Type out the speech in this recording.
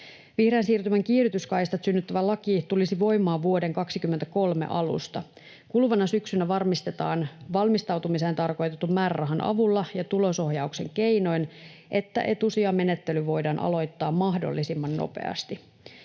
Vihreän siirtymän kiihdytyskaistat synnyttävä laki tulisi voimaan vuoden 23 alusta. Kuluvana syksynä varmistetaan valmistautumiseen tarkoitetun määrärahan avulla ja tulosohjauksen keinoin, että etusijamenettely voidaan aloittaa mahdollisimman nopeasti.